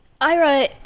Ira